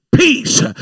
peace